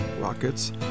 Rockets